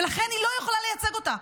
ולכן היא לא יכולה לייצג אותה.